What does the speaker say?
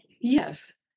Yes